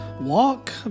walk